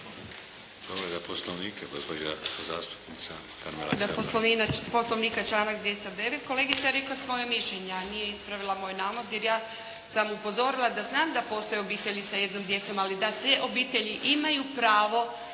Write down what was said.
Povreda Poslovnika članak 209., kolegica je rekla svoje mišljenje, a nije ispravila moj navod, jer ja sam upozorila da znam da postoje obitelji sa jednom djecom, ali da te obitelji imaju pravo